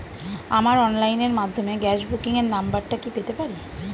আমার অনলাইনের মাধ্যমে গ্যাস বুকিং এর নাম্বারটা কি পেতে পারি?